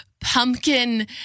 pumpkin